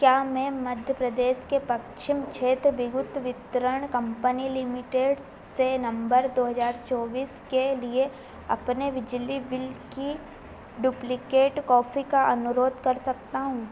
क्या मैं मध्य प्रदेश के पश्चिम क्षेत्र विद्युत वितरण कम्पनी लिमिटेड से नम्बर दो हज़ार चौबीस के लिए अपने बिजली बिल की डुप्लिकेट कॉफ़ी का अनुरोध कर सकता हूँ